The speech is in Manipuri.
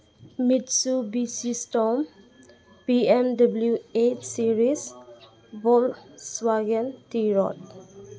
ꯃꯤꯠꯁꯨꯕꯤꯁꯤ ꯏꯁꯇꯣꯜ B M W eight series ꯕꯣꯜ ꯁ꯭ꯋꯥꯒꯦꯜ ꯇꯤꯔꯣꯠ